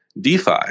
DeFi